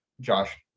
Josh